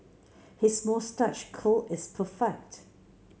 his moustache curl is perfect